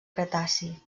cretaci